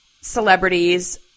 celebrities